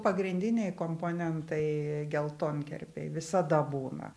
pagrindiniai komponentai geltonkerpėj visada būna